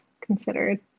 considered